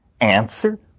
answer